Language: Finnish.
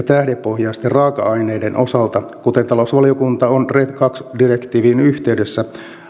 tähdepohjaisten raaka aineiden osalta kuten talousvaliokunta on red kaksi direktiivin yhteydessä